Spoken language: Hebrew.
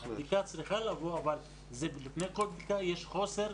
בדיקה צריכה לבוא, אבל לפני כל בדיקה, יש חוסר.